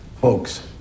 folks